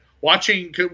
watching –